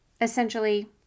Essentially